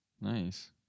nice